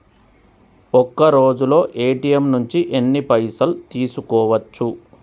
ఒక్కరోజులో ఏ.టి.ఎమ్ నుంచి ఎన్ని పైసలు తీసుకోవచ్చు?